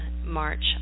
March